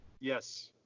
Yes